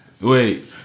Wait